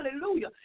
hallelujah